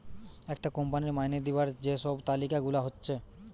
একটা কোম্পানির মাইনে দিবার যে সব তালিকা গুলা হচ্ছে